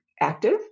active